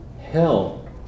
hell